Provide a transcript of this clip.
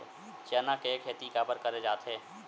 चना के खेती काबर करे जाथे?